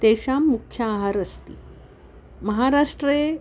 तेषां मुख्याहारम् अस्ति महाराष्ट्रे